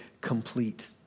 complete